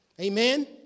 Amen